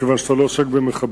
מכיוון שאתה לא עוסק במחבלים.